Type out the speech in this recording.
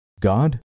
God